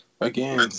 again